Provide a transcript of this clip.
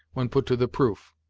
when put to the proof.